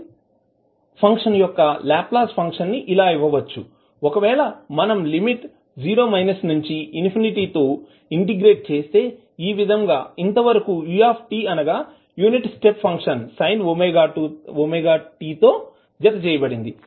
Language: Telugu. సైన్ ఫంక్షన్ యొక్క లాప్లాస్ ఫంక్షన్ ని ఇలా ఇవ్వచ్చు ఒకవేళ మనం లిమిట్ నుంచి ఇన్ఫినిటీ తో ఇంటిగ్రేట్ చేస్తే ఈ విధంగా ఇంతవరకు u అనగా యూనిట్ స్టెప్ ఫంక్షన్ sin తో జతచేయబడింది